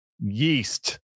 Yeast